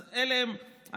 אז אלה המספרים.